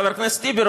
חבר הכנסת טיבי,